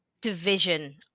division